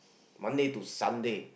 Monday to Sunday